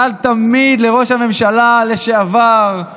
קל לראש הממשלה לשעבר,